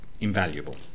invaluable